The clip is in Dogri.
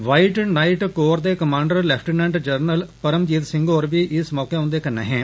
वाइट नाइट कोर दे commander lieutenant general Paramjit Singh होर बी इस मौके उन्दे कन्नै हे